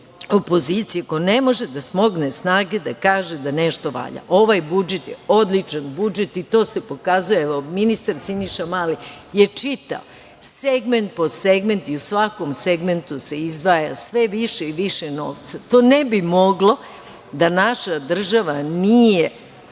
opozicije koja ne može da smogne snage da kaže da nešto valja. Ovaj budžet je odličan budžet i to se pokazuje. Evo, ministar Siniša Mali je čitao segment po segment i u svakom segmentu se izdvaja sve više i više novca. To ne bi moglo da naša država nije